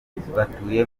batuye